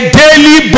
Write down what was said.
daily